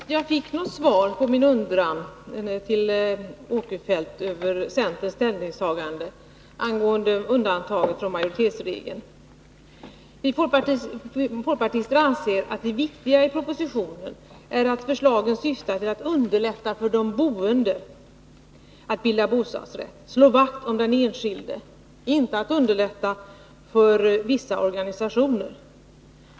Fru talman! Jag tycker inte att jag fick något svar på min fråga till Sven Eric Åkerfeldt om centerns ställningstagande angående undantag från majoritetsregeln. Vi folkpartister anser att det viktiga i propositionen är att förslagen syftar till att underlätta för de boende att bilda bostadsrätt, att slå vakt om den enskilde — inte att underlätta för vissa organisationer.